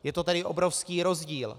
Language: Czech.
Je to tedy obrovský rozdíl.